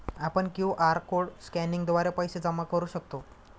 आपण QR code स्कॅनिंगद्वारे पैसे जमा करू शकतो